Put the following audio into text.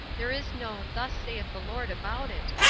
there is no thus saith the lord about it,